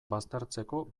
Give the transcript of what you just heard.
baztertzeko